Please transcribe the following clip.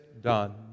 done